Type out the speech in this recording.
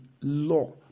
law